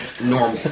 normal